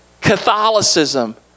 Catholicism